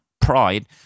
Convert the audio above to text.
Pride